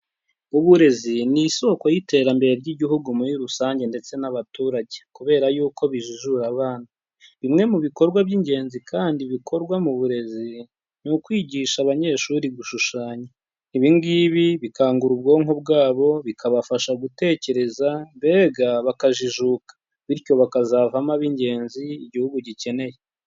Uburezi ni isoko y'iterambere ry'igihugu muri rusange ndetse n'abaturage, kubera yuko bijijura abana, bimwe mu bikorwa by'ingenzi kandi bikorwa mu burezi, ni ukwigisha abanyeshuri gushushanya, ibi ngibi bikangura ubwonko bwabo bikabafasha gutekereza, mbega bakajijuka bityo bakazavamo ab'ingenzi igihugu gikeneye.